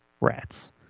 rats